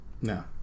No